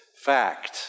fact